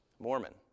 Mormon